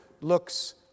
looks